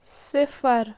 صِفر